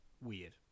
weird